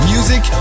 Music